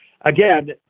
Again